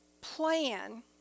plan